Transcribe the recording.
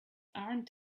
aren’t